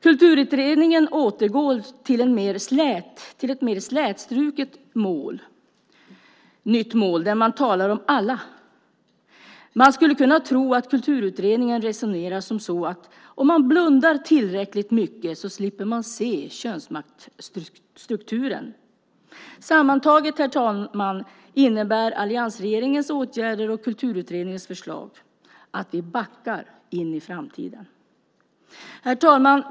Kulturutredningen återgår till ett mer slätstruket mål där man talar om alla. Man skulle kunna tro att Kulturutredningen resonerar som så att om man blundar tillräckligt mycket slipper man se könsmaktsstrukturen. Sammantaget, herr talman, innebär alliansregeringens åtgärder och Kulturutredningens förslag att vi backar in i framtiden. Herr talman!